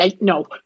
No